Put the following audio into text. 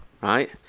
right